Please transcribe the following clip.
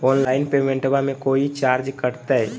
Online पेमेंटबां मे कोइ चार्ज कटते?